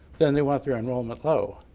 then they want their enrollment low.